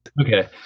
Okay